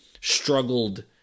struggled